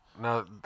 No